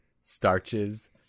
Starches